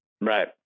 Right